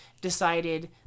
decided